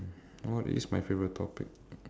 what is my favorite topic